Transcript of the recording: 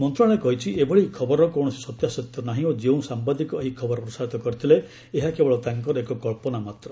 ମନ୍ତ୍ରଣାଳୟ କହିଛି ଏଭଳି ଖବରର କୌଣସି ସତ୍ୟାସତ୍ୟ ନାହିଁ ଓ ଯେଉଁ ସାମ୍ବାଦିକ ଏହି ଖବର ପ୍ରସାରିତ କରିଥିଲେ ଏହା କେବଳ ତାଙ୍କର ଏକ କଚ୍ଚନା ମାତ୍ର